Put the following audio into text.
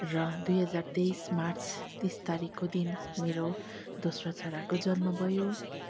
र दुई हजार तेइस मार्च तिस तारिकको दिन मेरो दोस्रो छोराको जन्म भयो